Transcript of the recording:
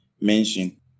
mention